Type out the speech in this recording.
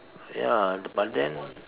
ya but then